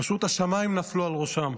פשוט השמיים נפלו על ראשם.